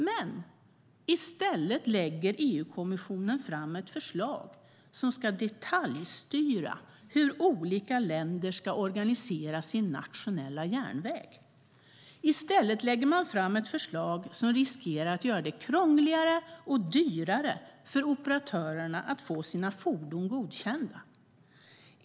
Men i stället lägger EU-kommissionen fram ett förslag som ska detaljstyra hur olika länder ska organisera sin nationella järnväg. I stället lägger man fram ett förslag som riskerar att göra det krångligare och dyrare för operatörerna att få sina fordon godkända.